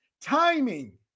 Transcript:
timing